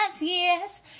yes